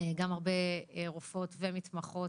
גם הרבה רופאות ומתמחות.